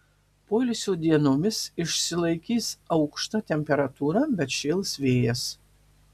poilsio dienomis išsilaikys aukšta temperatūra bet šėls vėjas